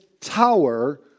tower